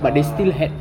ah